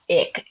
ick